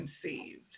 conceived